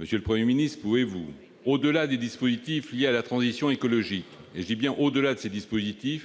Monsieur le Premier ministre, pouvez-vous, au-delà des dispositifs liés à la transition écologique, nous apporter des précisions